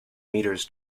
meters